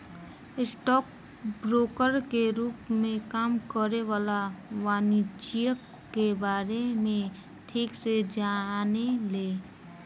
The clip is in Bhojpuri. स्टॉक ब्रोकर के रूप में काम करे वाला वाणिज्यिक के बारे में ठीक से जाने ले